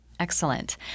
Excellent